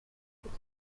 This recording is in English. could